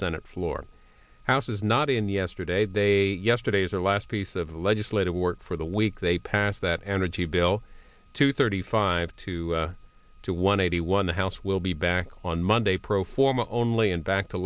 senate floor houses not in yesterday they yesterday as the last piece of legislative work for the week they passed that energy bill two thirty five two to one eighty one the house will be back on monday pro forma only and back to